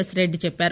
yes Reddy చెప్పారు